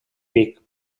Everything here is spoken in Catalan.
vic